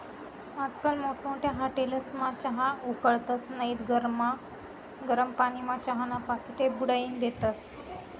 आजकाल मोठमोठ्या हाटेलस्मा चहा उकाळतस नैत गरम पानीमा चहाना पाकिटे बुडाईन देतस